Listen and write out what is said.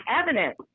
evidence